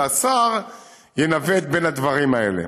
והשר ינווט בין הדברים האלה.